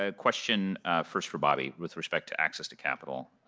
ah question first for bobby with respect to access to capital.